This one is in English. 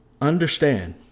understand